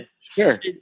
Sure